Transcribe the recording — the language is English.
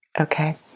Okay